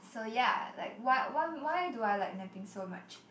so ya like wha~ why why why do I like napping so much